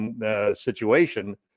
situation